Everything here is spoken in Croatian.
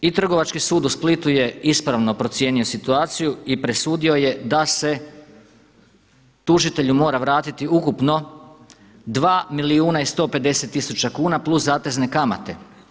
I Trgovački sud u Splitu je ispravno procijenio situaciju i presudio je da se tužitelju mora vratiti ukupno dva milijuna i 150 tisuća kuna plus zatezne kamate.